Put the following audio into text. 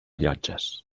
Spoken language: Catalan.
llotges